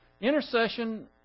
intercession